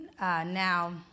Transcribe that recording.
now